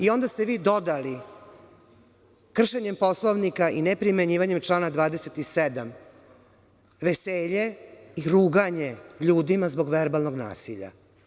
Onda ste vi dodali kršenjem Poslovnika i ne primenjivanjem člana 27, veselje i ruganje ljudima zbog verbalnog nasilja.